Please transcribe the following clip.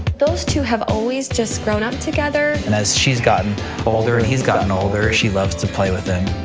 those two have always just grown up together. and as she's gotten older and he's gotten older, she loves to play with him.